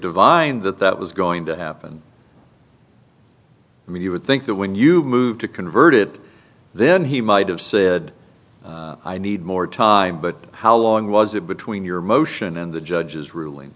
divined that that was going to happen i mean you would think that when you move to convert it then he might have said i need more time but how long was it between your motion and the judge's ruling